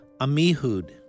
Amihud